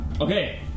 Okay